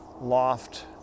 loft